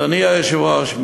אדוני היושב-ראש,